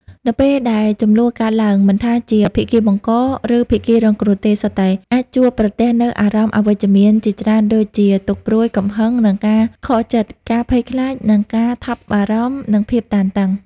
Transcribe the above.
នៅពេលដែលជម្លោះកើតឡើង មិនថាជាភាគីបង្ក ឬភាគីរងគ្រោះទេ សុទ្ធតែអាចជួបប្រទះនូវអារម្មណ៍អវិជ្ជមានជាច្រើនដូចជា ទុក្ខព្រួយ កំហឹង និងការខកចិត្ត ការភ័យខ្លាច និងការថប់បារម្ភ និងភាពតានតឹង។